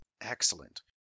Excellent